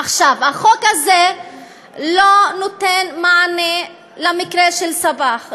עכשיו, החוק הזה לא נותן מענה למקרה של סבאח.